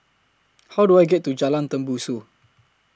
How Do I get to Jalan Tembusu